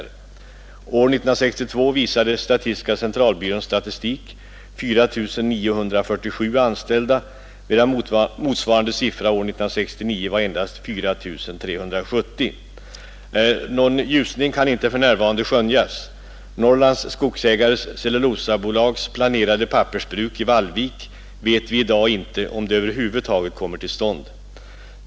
År 1962 visade statistiska centralbyråns statistik 4 947 anställda, medan motsvarande siffra år 1969 var endast 4 370. Någon ljusning kan inte för närvarande skönjas. Vi vet inte i dag om Norrlands skogsägares cellulosabolags planerade pappersbruk i Vallvik över huvud taget kommer till stånd.